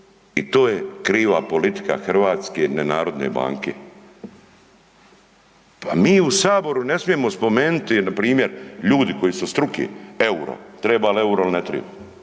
I to je kriva politika hrvatske nenarodne banke. Pa mi u saboru ne smijemo spomenuti npr. ljudi koji su od struke EUR-o, treba li EUR-o ili ne treba,